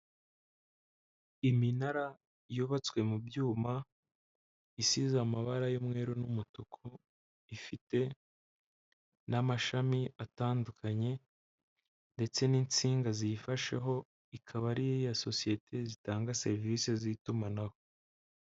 Iminara yubatswe mu byuma, isize amabara y'umweru n'umutuku, ifite n'amashami atandukanye ndetse n'insinga ziyifasheho, ikaba ari iya sosiyete zitanga serivise z'itumanaho.